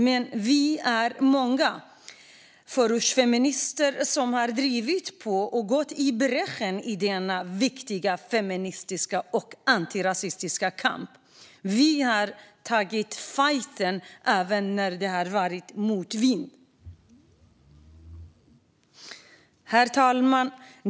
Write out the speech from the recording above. Men vi är många förortsfeminister som har drivit på och gått i bräschen för denna viktiga feministiska och antirastiska kamp. Vi har tagit fajten även när det har varit motvind. Herr talman!